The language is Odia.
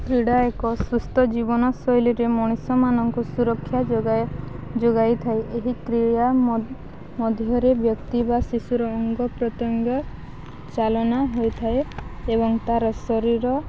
କ୍ରୀଡ଼ା ଏକ ସୁସ୍ଥ ଜୀବନ ଶୈଳୀରେ ମଣିଷମାନଙ୍କୁ ସୁରକ୍ଷା ଯୋଗ ଯୋଗାଇଥାଏ ଏହି କ୍ରୀଡ଼ା ମଧ୍ୟରେ ବ୍ୟକ୍ତି ବା ଶିଶୁର ଅଙ୍ଗପ୍ରତ୍ୟଙ୍ଗ ଚାଳନା ହୋଇଥାଏ ଏବଂ ତାର ଶରୀର